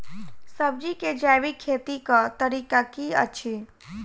सब्जी केँ जैविक खेती कऽ तरीका की अछि?